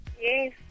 Yes